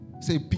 Say